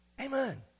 amen